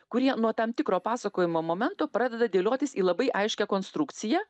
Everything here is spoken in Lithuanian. kurie nuo tam tikro pasakojimo momento pradeda dėliotis į labai aiškią konstrukciją